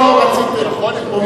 אבל הוא היה היוזם מבחינת, יכול להיות.